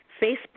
Facebook